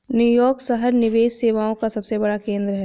New York शहर निवेश सेवाओं का सबसे बड़ा केंद्र है